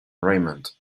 raymond